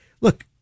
look